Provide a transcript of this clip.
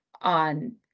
on